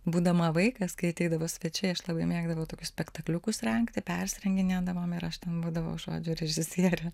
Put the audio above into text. būdama vaikas kai ateidavo svečiai aš labai mėgdavau tokius spektakliukus rengti persirenginėdavom ir aš ten būdavau žodžiu režisierė